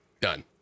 Done